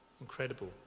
Incredible